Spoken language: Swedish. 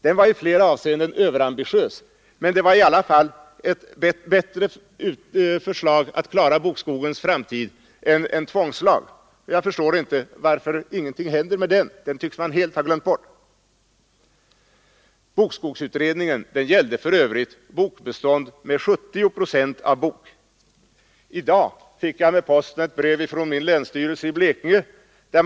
Den var i flera avseenden överambitiös, men den utgjorde i alla fall ett bättre förslag att klara bokskogens framtid än en tvångslag. Jag förstår inte varför ingenting händer med denna utredning. Man tycks helt ha glömt bort den. Bokskogsutredningen gällde för övrigt bokbestånd med 70 procent av bok. I dag fick jag med posten ett brev från min länsstyrelse i Blekinge.